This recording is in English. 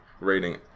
rating